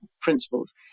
principles